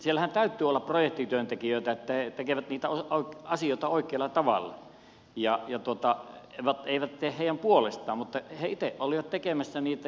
siellähän täytyy tietysti olla projektityöntekijöitä niin että he tekevät niitä asioita oikealla tavalla mutta nämä eivät tee heidän puolestaan vaan he itse olivat tekemässä niitä